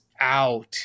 out